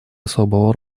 особого